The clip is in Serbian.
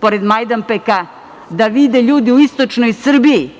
pored Majdanpeka, da vide ljudi u istočnoj Srbiji